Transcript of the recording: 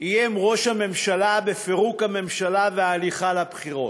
איים ראש הממשלה בפירוק הממשלה והליכה לבחירות.